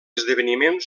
esdeveniment